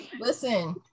listen